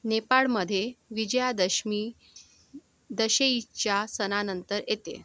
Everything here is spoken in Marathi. नेपाळमध्ये विजयादशमी दशेईच्या सणानंतर येते